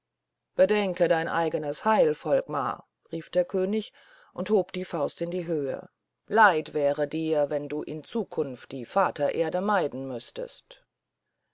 bedenke dein eigenes heil volkmar rief der könig und hob die faust in die höhe leid wäre dir wenn du in zukunft die vatererde meiden müßtest